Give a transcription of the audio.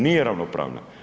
Nije ravnopravna.